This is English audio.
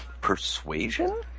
Persuasion